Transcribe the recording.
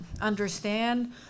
understand